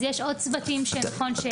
אז יש עוד צוותים שנכון שייכנסו.